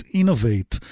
innovate